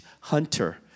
Hunter